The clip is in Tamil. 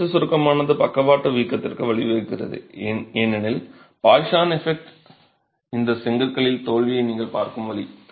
அச்சு சுருக்கமானது பக்கவாட்டு வீக்கத்திற்கு வழிவகுக்கிறது ஏனெனில் பாய்ஷான் எஃபெக்ட் இந்த செங்கற்களில் தோல்வியை நீங்கள் பார்க்கும் வழி